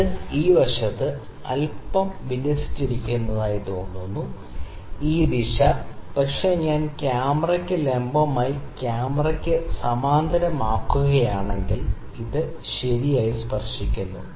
ഇത് ഈ വശത്ത് അല്പം വിന്യസിച്ചിരിക്കുന്നതായി തോന്നുന്നു ഈ ദിശ ശരി പക്ഷേ ഞാൻ ക്യാമറയ്ക്ക് ലംബമായി ക്യാമറയ്ക്ക് സമാന്തരമാക്കുകയാണെങ്കിൽ ഇത് ശരിയായി സ്പർശിക്കുന്നു